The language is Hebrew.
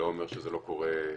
אני לא אומר שזה לא קורה בכלל,